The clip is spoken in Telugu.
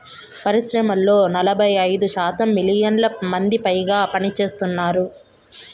పరిశ్రమల్లో నలభై ఐదు శాతం మిలియన్ల మందికిపైగా పనిచేస్తున్నారు